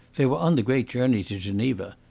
they were on the great journey to geneva.